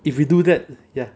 if you do that ya